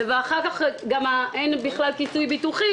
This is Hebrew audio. ואחר כך אין בכלל כיסוי ביטוחי,